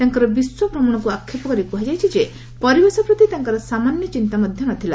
ତାଙ୍କର ବିଶ୍ୱଭ୍ରମଣକୁ ଆକ୍ଷେପ କରି କୁହାଯାଇଛି ଯେ ପରିବେଶ ପ୍ରତି ତାଙ୍କର ସାମାନ୍ୟ ଚିନ୍ତା ମଧ୍ୟ ନଥିଲା